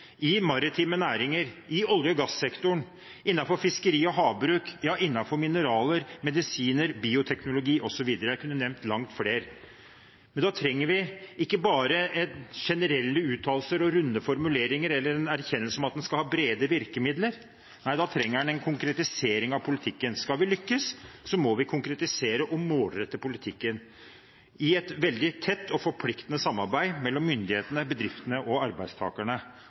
i maritime næringer, i olje- og gassektoren, innenfor fiskeri og havbruk, ja, innenfor mineraler, medisiner, bioteknologi osv. Jeg kunne nevnt langt flere. Men da trenger vi ikke bare generelle uttalelser og runde formuleringer eller en erkjennelse av at en skal ha brede virkemidler. Nei, da trenger vi en konkretisering av politikken. Skal vi lykkes, må vi konkretisere og målrette politikken i et veldig tett og forpliktende samarbeid mellom myndighetene, bedriftene og arbeidstakerne.